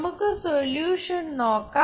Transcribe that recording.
നമുക്ക് സൊല്യൂഷൻ നോക്കാം